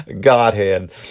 godhead